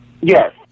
Yes